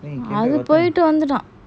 அவன் போய்ட்டு வந்துடான்:avan poitu vanthutaan